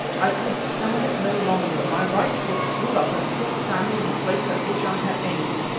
i could stand it no longer, my right foot flew up and caught sammy in the place at which i had aimed.